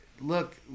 Look